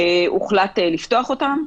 הוחלט לפתוח אותן,